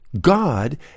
god